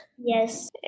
Yes